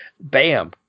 bam